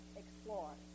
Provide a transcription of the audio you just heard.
explore